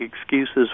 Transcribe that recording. excuses